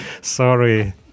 sorry